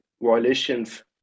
violations